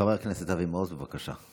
חבר הכנסת אבי מעוז, בבקשה.